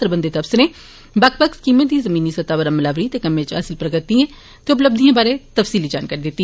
सरबंधित अफसरें बक्ख बक्ख स्कीमें दी जमीनी सतह पर अमलावरी ते कम्में च हासल प्रगति ते उपलब्धिएं बारै तफसीली जानकारी दित्ती